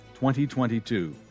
2022